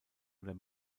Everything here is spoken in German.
oder